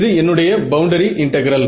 இது என்னுடைய boundary integral